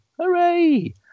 Hooray